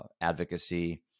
advocacy